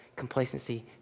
complacency